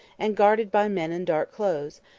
and guarded by men in dark clothes,